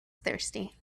thirsty